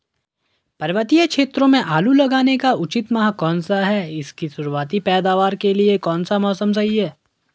पर्वतीय क्षेत्रों में आलू लगाने का उचित माह कौन सा है इसकी शुरुआती पैदावार के लिए कौन सा मौसम सही है?